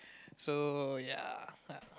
so ya